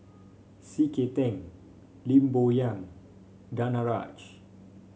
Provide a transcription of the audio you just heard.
C K Tang Lim Bo Yam Danaraj